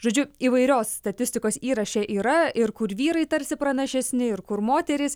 žodžiu įvairios statistikos įraše yra ir kur vyrai tarsi pranašesni ir kur moterys